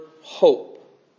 hope